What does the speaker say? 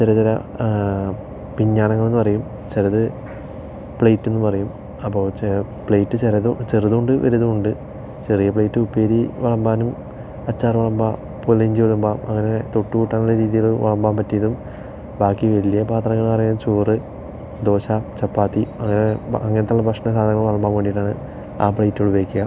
ചെറിയ ചെറിയ പിഞ്ഞാണങ്ങൾ എന്നുപറയും ചിലത് പ്ലേറ്റ് എന്നുപറയും അപ്പോൾ പ്ലേറ്റ് ചിലതും ചെറുതുമുണ്ട് വലുതുമുണ്ട് ചെറിയ പ്ലേറ്റ് ഉപ്പേരി വിളമ്പാനും അച്ചാർ വിളമ്പാം പുളിയിഞ്ചി വിളമ്പാം അങ്ങനെ തൊട്ട് കൂട്ടാൻ ഉള്ള രീതിയിൽ വിളമ്പാൻ പറ്റിയതും ബാക്കി വലിയ പത്രങ്ങൾ എന്നു പറയുന്നത് ചോറ് ദോശ ചപ്പാത്തി അങ്ങനെ അങ്ങനത്തെയുള്ള ഭക്ഷണ സാധങ്ങൾ വിളമ്പാൻ വേണ്ടിയിട്ടാണ് ആ പ്ലേറ്റുകൾ ഉപയോഗിക്കുക